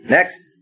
Next